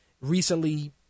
recently